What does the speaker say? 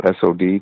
SOD